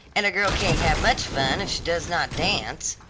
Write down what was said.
and a girl can't have much fun if she does not dance.